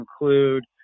include